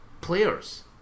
players